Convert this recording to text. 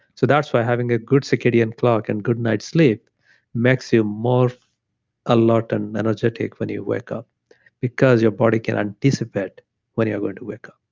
so that's why having a good circadian clock and good night sleep makes you more alert and energetic when you wake up because your body can anticipate when you're going to wake up.